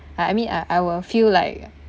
I I mean ah I will feel like